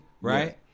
Right